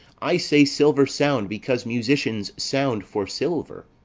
i say silver sound because musicians sound for silver.